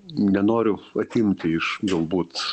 nenoriu atimti iš galbūt